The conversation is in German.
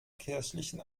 kirchlichen